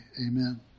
amen